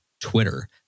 Twitter